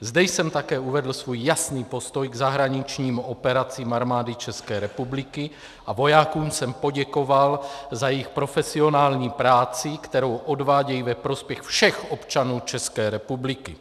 Zde jsem také uvedl svůj jasný postoj k zahraničním operacím Armády ČR a vojákům jsem poděkoval za jejich profesionální práci, kterou odvádějí ve prospěch všech občanů České republiky.